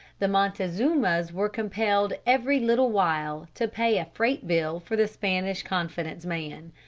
the montezumas were compelled every little while to pay a freight-bill for the spanish confidence man.